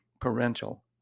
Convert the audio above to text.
parental